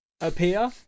appear